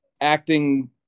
acting